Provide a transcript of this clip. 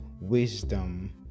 wisdom